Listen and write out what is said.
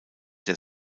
der